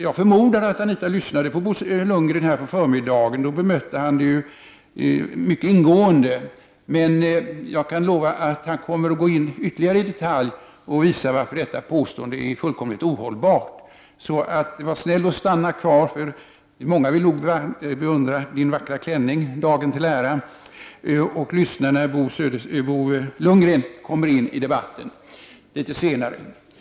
Jag förmodar att Anita Johansson lyssnade på Bo Lundgren på förmiddagen. Då bemötte han detta mycket ingående. Men jag kan lova att han kommer att gå in ytterligare i detalj och tala om varför detta påstående är fullkomligt ohållbart. Var därför snäll och stanna kvar i kammaren, Anita Johansson — många vill nog beundra Anita Johanssons vackra klänning dagen till ära — och lyssna på Bo Lundgren när han kommer in i debatten litet senare.